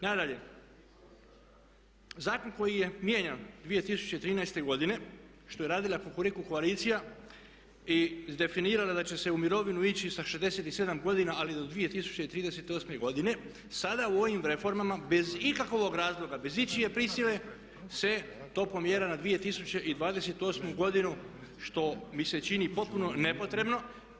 Nadalje, zakon koji je mijenjan 2013. godine što je radila Kukuriku koalicija i definirala da će se u mirovinu ići sa 67 godina ali do 2038. godine sada u ovim reformama bez ikakovog razloga, bez ičije prisile se to pomjera na 2028. godinu što mi se čini potpuno nepotrebno.